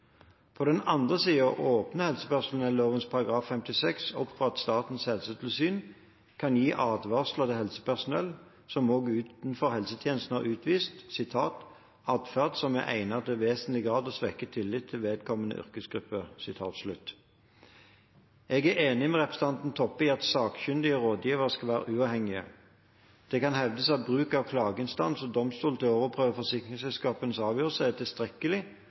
På den annen side åpner helsepersonelloven § 56 opp for at Statens helsetilsyn kan gi advarsler til helsepersonell som også utenfor helsetjenesten har utvist «atferd som er egnet til i vesentlig grad å svekke tilliten til vedkommende yrkesgruppe». Jeg er enig med representanten Toppe i at sakkyndige rådgivere skal være uavhengige. Det kan hevdes at bruk av klageinstans og domstol til å overprøve forsikringsselskapenes avgjørelser er tilstrekkelig